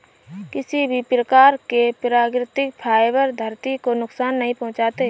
किसी भी प्रकार के प्राकृतिक फ़ाइबर धरती को नुकसान नहीं पहुंचाते